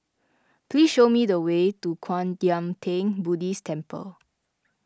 please show me the way to Kwan Yam theng Buddhist Temple